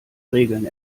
regeln